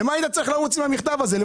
למה היית צריך לרוץ עם המכתב הזה?